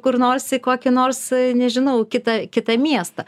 kur nors į kokį nors nežinau kitą kitą miestą